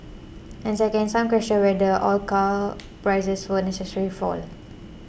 and second some question whether all car prices will necessarily fall